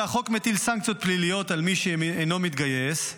והחוק מטיל סנקציות פליליות על מי שאינו מתגייס,